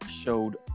showed